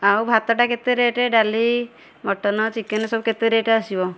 ଆଉ ଭାତଟା କେତେ ରେଟ୍ ଡାଲି ମଟନ୍ ଚିକେନ୍ ସବୁ କେତେ ରେଟ୍ ଆସିବ